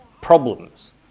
problems